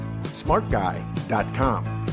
Smartguy.com